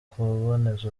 kuboneza